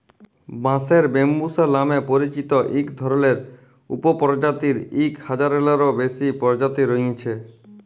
বাঁশের ব্যম্বুসা লামে পরিচিত ইক ধরলের উপপরজাতির ইক হাজারলেরও বেশি পরজাতি রঁয়েছে